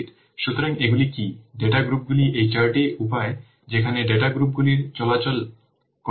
সুতরাং এগুলি কী ডেটা গ্রুপগুলি এই চারটি উপায় যেখানে ডেটা গ্রুপগুলি চলাচল করতে পারে